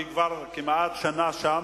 שהיא כמעט שנה שם,